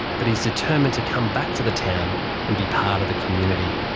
but he's determined to come back to the town and be part of the community.